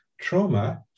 trauma